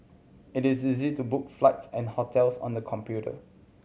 it is easy to book flights and hotels on the computer